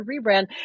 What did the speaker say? rebrand